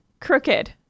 crooked